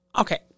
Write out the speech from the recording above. Okay